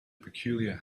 peculiar